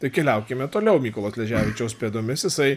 tai keliaukime toliau mykolo sleževičiaus pėdomis jisai